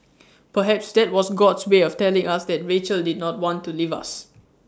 perhaps that was God's way of telling us that Rachel did not want to leave us